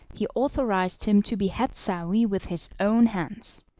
he authorised him to behead saouy with his own hands,